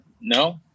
no